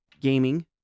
gaming